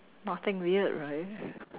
nothing weird right